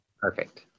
Perfect